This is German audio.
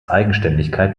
eigenständigkeit